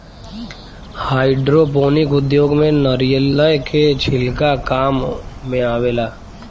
hydroponic उद्योग में नारिलय के छिलका काम मेआवेला